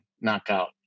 knockout